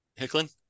Hicklin